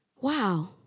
Wow